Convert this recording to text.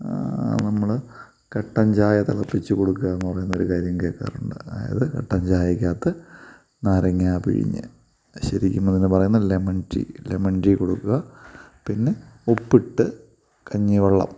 നമ്മൾ കട്ടൻചായ തിളപ്പിച്ച് കൊടുക്കാമെന്ന് പറയുന്നൊരു കാര്യം കേൾക്കാറുണ്ട് അതായത് കട്ടൻ ചായക്കകത്ത് നാരങ്ങ പിഴിഞ്ഞ് അത് ശരിക്കും പറയുന്ന പറയുന്നതാണ് ലെമൺ ടീ ലെമൺ ടീ കൊടുക്കുക പിന്നെ ഉപ്പിട്ട് കഞ്ഞി വെള്ളം